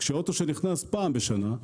והאוטו שנכנס פעם בשנה,